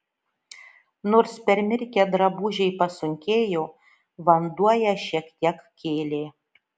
nors permirkę drabužiai pasunkėjo vanduo ją šiek tiek kėlė